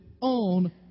on